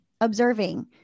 observing